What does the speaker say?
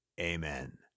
Amen